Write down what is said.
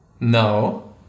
no